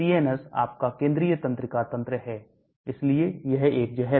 CNS आपका केंद्रीय तंत्रिका तंत्र है इसलिए यह एक जहर है